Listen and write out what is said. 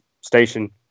station